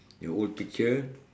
your old picture